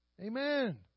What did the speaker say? Amen